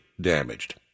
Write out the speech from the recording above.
damaged